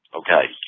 ok,